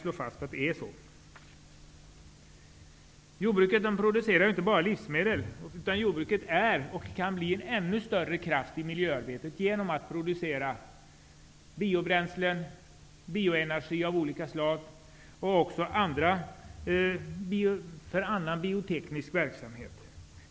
Jordbruket producerar inte bara livsmedel utan är och kan bli en ännu större kraft i miljöarbetet genom att producera biobränslen, bioenergi av olika slag och underlag för annan bioteknisk verksamhet.